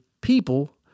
people